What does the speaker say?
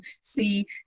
see